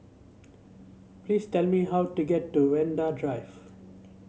please tell me how to get to Vanda Drive